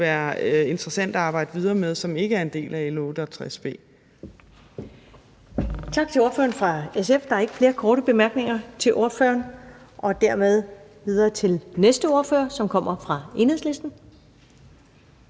være interessante at arbejde videre med, som ikke er en del af L 68 B. Kl. 19:39 Første næstformand (Karen Ellemann): Tak til ordføreren fra SF. Der er ikke flere korte bemærkninger til ordføreren, og dermed går vi videre til næste ordfører, som kommer fra Enhedslisten.